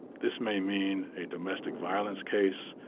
this may mean a domestic violence case,